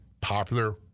popular